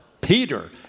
Peter